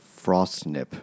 Frostnip